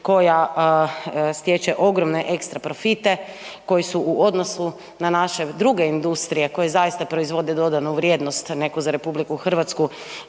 koja stječe ogromne ekstra profite koji su u odnosu na naše druge industrije koje zaista proizvode dodanu vrijednost neku za RH i 10,